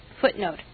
Footnote